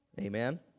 Amen